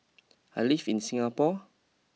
I live in Singapore